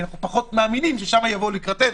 כי אנחנו פחות מאמינים ששם יבואו לקראתנו.